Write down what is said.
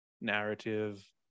narrative